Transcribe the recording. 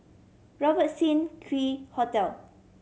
Robertson Quay Hotel